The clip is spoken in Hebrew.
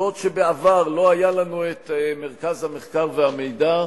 שבעבר לא היה לנו את מרכז המחקר והמידע,